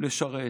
לשרת